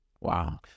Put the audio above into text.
Wow